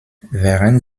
während